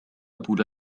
طول